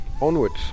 Onwards